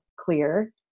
clear